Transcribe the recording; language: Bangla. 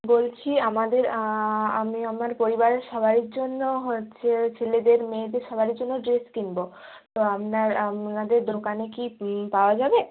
বলছি আমাদের আমি আমার পরিবারের সবার জন্য হচ্ছে ছেলেদের মেয়েদের সবার জন্য ড্রেস কিনব তো আপনাদের দোকানে কি পাওয়া যাবে